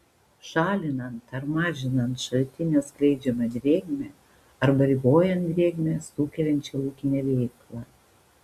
šalinant ar mažinant šaltinio skleidžiamą drėgmę arba ribojant drėgmę sukeliančią ūkinę veiklą